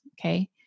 Okay